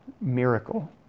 miracle